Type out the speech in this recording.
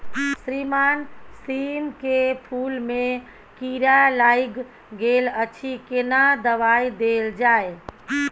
श्रीमान सीम के फूल में कीरा लाईग गेल अछि केना दवाई देल जाय?